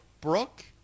Brooke